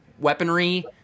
weaponry